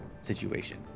situation